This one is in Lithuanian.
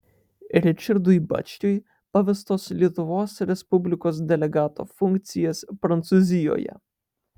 ričardui bačkiui pavestos lietuvos respublikos delegato funkcijas prancūzijoje